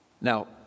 Now